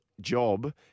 job